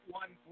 one